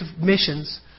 missions